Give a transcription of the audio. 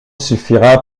suffira